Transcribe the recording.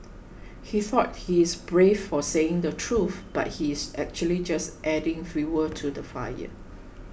he thought he's brave for saying the truth but he's actually just adding fuel to the fire